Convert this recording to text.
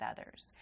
others